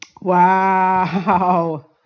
Wow